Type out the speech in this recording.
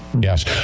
Yes